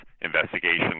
investigations